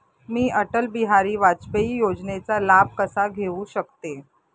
मी अटल बिहारी वाजपेयी योजनेचा लाभ कसा घेऊ शकते?